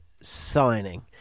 signing